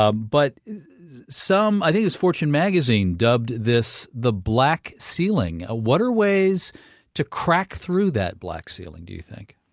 ah but some, i think it was fortune magazine, dubbed this the black ceiling. ah what are ways to crack through that black ceiling do you think?